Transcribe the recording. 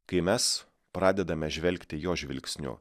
kai mes pradedame žvelgti jo žvilgsniu